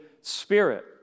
Spirit